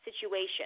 situation